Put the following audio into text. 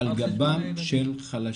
על גבם של חלשים.